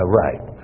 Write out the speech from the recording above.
right